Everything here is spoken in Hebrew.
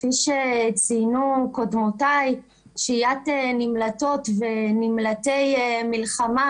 כפי שציינו קודמותיי, שהיית נמלטות ונמלטי מלחמה,